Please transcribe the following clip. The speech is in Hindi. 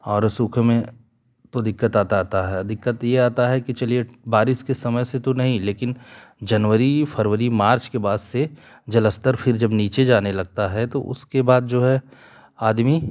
और सूखे में तो दिक्कत आता आता है दिक्कत ये आता हैं चलिए बारिश के समय से तो नहीं लेकिन जनवरी फरवरी मार्च के बाद से जलस्तर फिर जब नीचे जाने लगता है तो उसके बाद जो है आदमी